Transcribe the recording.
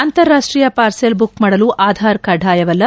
ಅಂತಾರಾಷ್ಟೀಯ parcel book ಮಾಡಲು ಆಧಾರ್ ಕಡ್ಡಾಯವಲ್ಲ